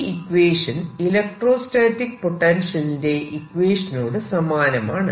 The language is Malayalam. ഈ ഇക്വേഷൻ ഇലക്ട്രോസ്റ്റാറ്റിക് പൊട്ടൻഷ്യലിന്റെ ഇക്വേഷനോട് സമാനമാണ്